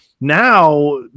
now